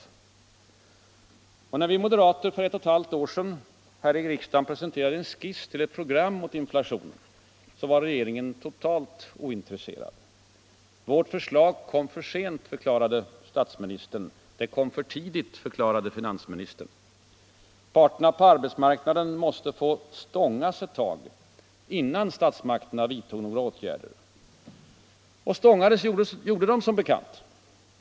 När vi moderater för ett och ett halvt år sedan här i riksdagen presenterade en skiss till ett program mot inflationen, var regeringen totalt ointresserad. Vårt förslag kom för sent, förklarade statsministern. Det kom för tidigt, förklarade finansministern. Parterna på arbetsmarknaden måste ”få stångas ett tag”, innan statsmakterna vidtog några åtgärder. Och stångades gjorde de som bekant.